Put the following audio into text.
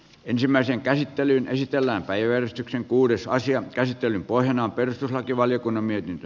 ensimmäisen käsittelyn esitellä päivystyksen kuudessa asian käsittelyn pohjana on perustuslakivaliokunnan mietintö